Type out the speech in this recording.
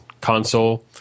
console